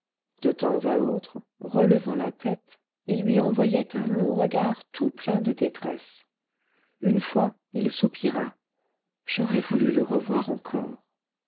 de temps à autre relevant la tête il lui envoyait un long regard tout plein de détresse une fois il soupira j'aurais voulu le revoir encore